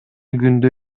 күндө